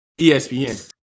ESPN